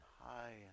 high